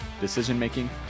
decision-making